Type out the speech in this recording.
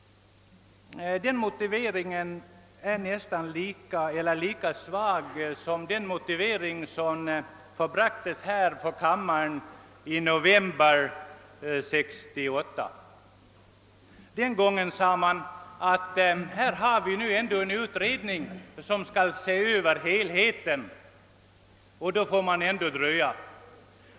Den motiveringen är nästan lika svag som den motivering som förebragtes här i kammaren i november 1968. Den gången sade man: Här har vi nu en utredning som skall se över helheten, och då måste man ändå dröja.